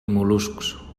mol·luscs